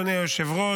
אדוני היושב-ראש,